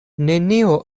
nenio